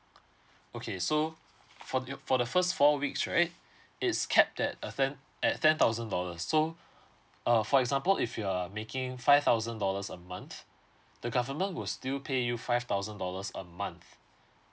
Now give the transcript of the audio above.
okay so for your for the first four weeks right it's capped at a ten at ten thousand dollars so uh for example if you are making five thousand dollars a month the government will still pay you five thousand dollars a month